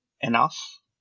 enough